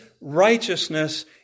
righteousness